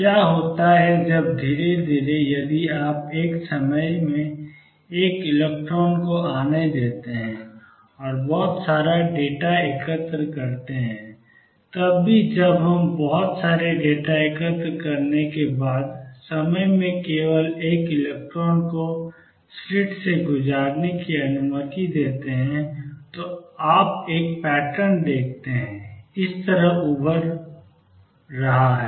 तो क्या होता है जब धीरे धीरे यदि आप एक समय में एक इलेक्ट्रॉन को आने देते हैं और बहुत सारा डेटा एकत्र करते हैं तब भी जब हम बहुत सारे डेटा एकत्र करने के बाद एक समय में केवल एक इलेक्ट्रॉन को स्लिट्स से गुजरने की अनुमति देते हैं तो आप एक पैटर्न देखते हैं इस तरह उभर रहा है